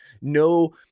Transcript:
no